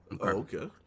Okay